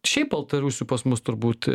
šiaip baltarusių pas mus turbūt